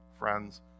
friends